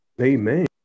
Amen